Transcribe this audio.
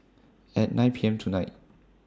At nine P M tonight